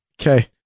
Okay